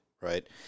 right